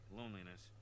loneliness